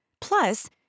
Plus